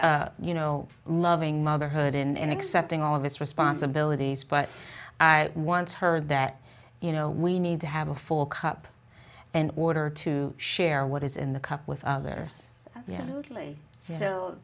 are you know loving motherhood in accepting all of us responsibilities but i once heard that you know we need to have a full cup and water to share what is in the cup with others you know